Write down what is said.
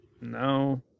No